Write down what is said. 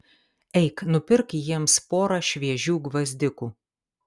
eik nupirk jiems porą šviežių gvazdikų